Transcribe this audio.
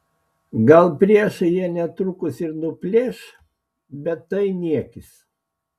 gal priešai ją netrukus ir nuplėš bet tai niekis